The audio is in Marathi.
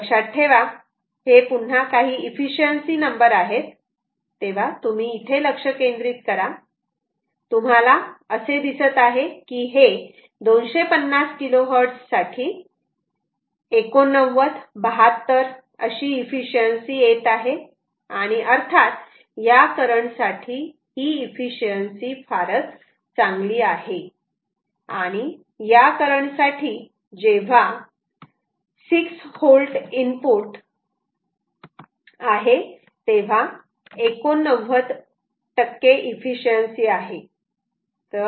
लक्षात ठेवा हे पुन्हा इफिसिएंसी नंबर आहेत तुम्ही इथे लक्ष केंद्रित करा तुम्हाला दिसे की हे 250 KHz साठी 89 72 अशी इफिसिएंसी आहे आणि अर्थात या करंटसाठी कदाचित ही इफिसिएंसी फारच चांगली आहे आणि या करंट साठी जेव्हा 6 V इनपुट होल्टेज आहे तेव्हा 89 इफिसिएंसी आहे